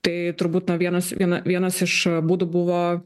tai turbūt na vienas viena vienas iš būdų buvo